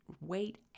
wait